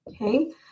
Okay